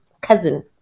cousin